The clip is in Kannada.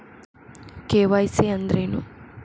ಕೆ.ವೈ.ಸಿ ಅಂದ್ರೇನು?